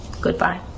goodbye